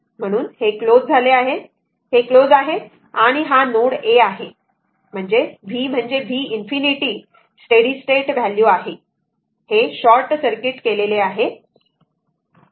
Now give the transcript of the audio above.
तर हे क्लोज झाले आहे हे क्लोज आहे आणि हा नोड a आहे हे v म्हणजे v ∞ बरोबर म्हणजे स्टेडी स्टेट व्हॅल्यू आहे हे शॉर्ट सर्किट केलेले आहे बरोबर